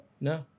No